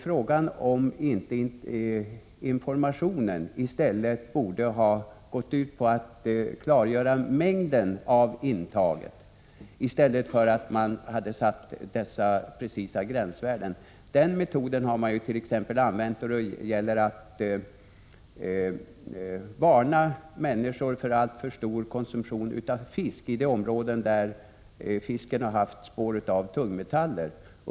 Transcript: Frågan är om man inte i stället för att sätta precisa gränsvärden borde ha klargjort hur stort intaget får vara. Den metoden har använts t.ex. när det gällt att varna människor för alltför stor konsumtion av fisk i de områden där fiskarna haft spår av tungmetaller.